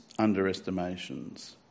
underestimations